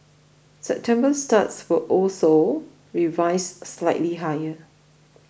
September starts were also revised slightly higher